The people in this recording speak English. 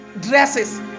dresses